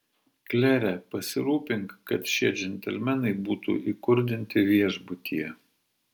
klere pasirūpink kad šie džentelmenai būtų įkurdinti viešbutyje